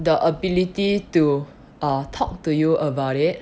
the ability to err talk to you about it